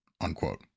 unquote